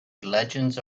legends